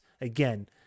again